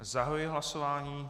Zahajuji hlasování.